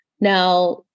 Now